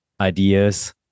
ideas